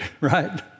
right